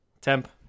Temp